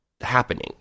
happening